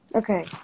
okay